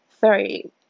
Sorry